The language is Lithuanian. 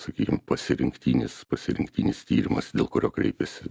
sakykim pasirinktinis pasirinktinis tyrimas dėl kurio kreipėsi